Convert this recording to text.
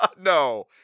No